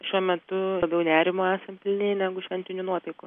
šiuo metu labiau nerimo esam pilni negu šventinių nuotaikų